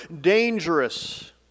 dangerous